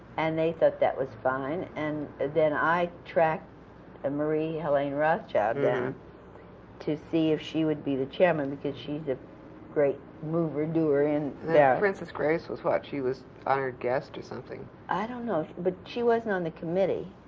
and they thought that was fine. and then i tracked ah marie-helene rothschild down to see if she would be the chairman, because she's a great mover doer in that princess grace was, what? she was honored guest or something. lambert i don't know, but she wasn't on the committee.